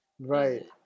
Right